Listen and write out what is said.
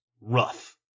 rough